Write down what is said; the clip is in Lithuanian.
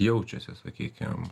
jaučiasi sakykim